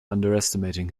underestimating